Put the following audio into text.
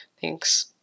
Thanks